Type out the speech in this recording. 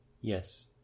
Yes